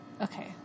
Okay